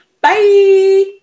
Bye